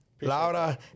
Laura